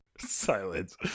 Silence